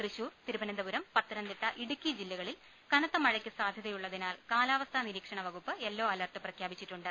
Thrissur Thiruvananthapuram Pathanamthitta Idukki ജില്ലകളിൽ കനത്ത മഴയ്ക്ക് സാധ്യതയുള്ളതിനാൽ കാലാവസ്ഥാ നിരീക്ഷണ വകുപ്പ് യെല്ലോ അലർട്ട് പ്രഖ്യാപിച്ചിട്ടു ണ്ട്